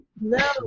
No